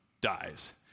dies